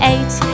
Eight